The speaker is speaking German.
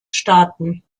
staaten